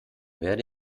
werde